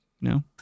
No